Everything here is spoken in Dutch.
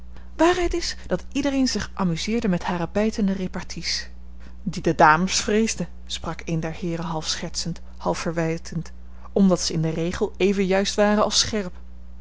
waarheid is dat iedereen zich amuseerde met hare bijtende reparties die de dames vreesden sprak een der heeren half schertsend half verwijtend omdat ze in den regel even juist waren als scherp